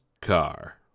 car